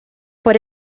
por